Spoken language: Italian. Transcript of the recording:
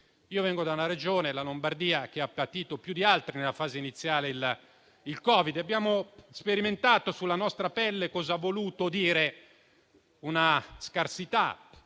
Io vengo da una Regione, la Lombardia, che ha patito più di altre il Covid nella fase iniziale e abbiamo sperimentato sulla nostra pelle che cosa ha voluto dire una scarsità